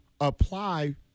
apply